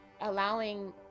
allowing